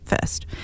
first